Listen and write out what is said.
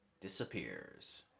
disappears